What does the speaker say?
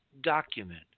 document